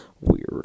weird